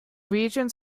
regions